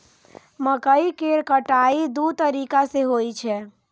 मकइ केर कटाइ दू तरीका सं होइ छै